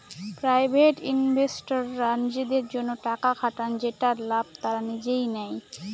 private ইনভেস্টররা নিজেদের জন্য টাকা খাটান যেটার লাভ তারা নিজেই নেয়